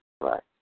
Right